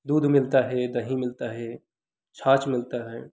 दूध मिलता है दही मिलता है छाछ मिलता है